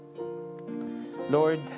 Lord